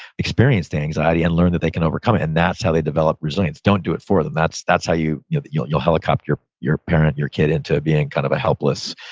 experience the anxiety and learn that they can overcome it and that's how they develop resilience. don't do it for them. that's that's how you know you'll helicopter your your parent, your kid into being and kind of a helpless,